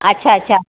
अच्छा अच्छा